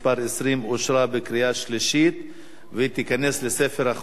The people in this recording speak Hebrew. אושר בקריאה שלישית וייכנס לספר החוקים.